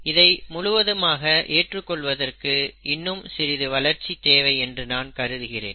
இதை முழுவதுமாக ஏற்றுக் கொள்வதற்கு இன்னும் சிறிது வளர்ச்சி தேவை என்று நான் கருதுகிறேன்